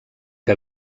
que